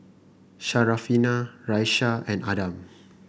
Syarafina Raisya and Adam